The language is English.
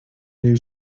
new